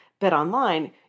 betonline